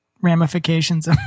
ramifications